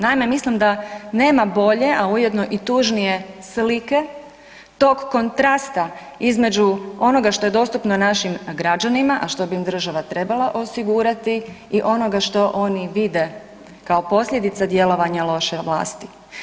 Naime, mislim da nema bolje, a ujedno i tužnije slike tog kontrasta između onoga što je dostupno našim građanima, a što bi im država trebala osigurati i onoga što oni vide kao posljedica djelovanja loše vlasti.